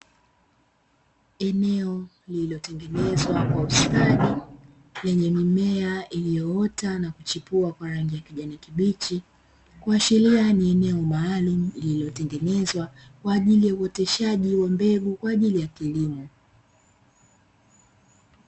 Eneo lililotengenezwa kwa ustadi lenye mimea iliyoota na kuchipua kwa rangi ya kijani kibichi, ikiashiria ni eneo lililotengwa kwa ajili ya uoteshaji wa mbegu kwa ajili ya kilimo.